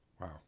Wow